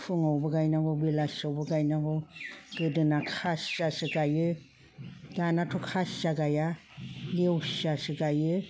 फुङावबो गायनांगौ बेलासियावबो गायनांगौ गोदोना खासियासो गायो दानाथ' खासिया गाया लेवसियासो गायो